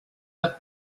the